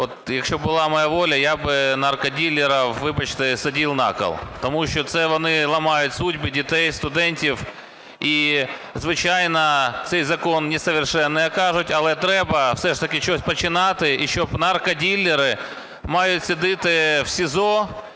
якщо б була моя воля, я б наркодилерів, вибачте, садил на кол, тому що це вони ламають судьби дітей, студентів. І звичайно, цей закон несовершенен, як кажуть, але треба все ж таки з чогось починати. І щоб наркодилери мають сидіти в СІЗО,